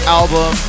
album